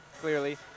clearly